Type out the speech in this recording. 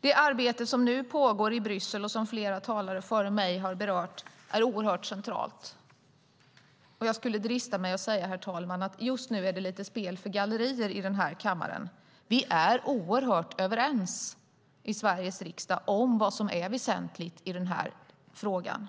Det arbete som nu pågår i Bryssel och som flera talare före mig har berört är oerhört centralt. Jag skulle drista mig till, herr talman, att säga att just nu är det lite spel för gallerierna i den här kammaren. Vi är oerhört överens i Sveriges riksdag om vad som är väsentligt i den här frågan.